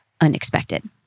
unexpected